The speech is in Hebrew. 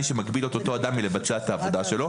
שמגביל את אותו אדם מלבצע את העבודה שלו.